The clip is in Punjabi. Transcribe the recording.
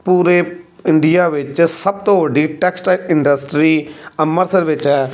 ਪੂਰੇ ਇੰਡੀਆ ਵਿੱਚ ਸਭ ਤੋਂ ਵੱਡੀ ਟੈਕਸਟਾਈਲ ਇੰਡਸਟਰੀ ਅੰਮ੍ਰਿਤਸਰ ਵਿੱਚ ਹੈ